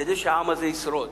כדי שהעם הזה ישרוד?